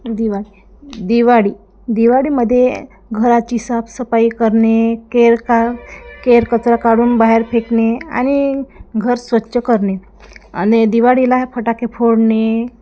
दिवाळी दिवाळी दिवाळीमध्ये घराची साफसफाई करणे केर का केरकचरा काढून बाहेर फेकणे आणि घर स्वच्छ करणे आणि दिवाळीला फटाके फोडणे